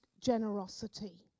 generosity